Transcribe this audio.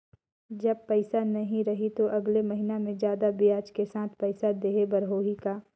जब पइसा नहीं रही तो अगले महीना मे जादा ब्याज के साथ पइसा देहे बर होहि का?